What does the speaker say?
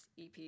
EP